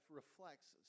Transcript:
reflects